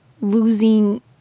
losing